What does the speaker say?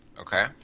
okay